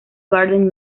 garden